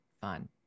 fun